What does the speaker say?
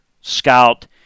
scout